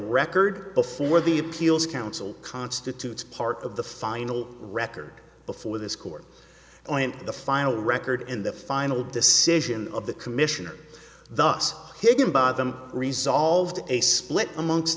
record before the appeals council constitutes part of the final record before this court point the final record and the final decision of the commissioner thus higginbotham resolved a split amongst